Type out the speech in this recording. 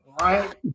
right